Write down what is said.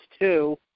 two